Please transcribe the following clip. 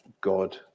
God